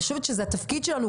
אני חושבת שהתפקיד שלנו,